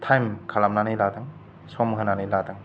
थाइम खालामनानै लादों सम होनानै लादों